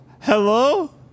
Hello